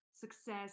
success